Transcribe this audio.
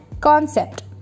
concept